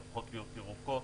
הופכות להיות ירוקות.